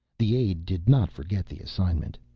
the aide did not forget the assignment.